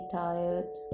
tired